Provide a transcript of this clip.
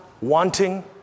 wanting